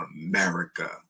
America